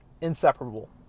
inseparable